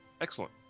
Excellent